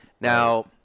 Now